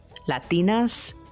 Latinas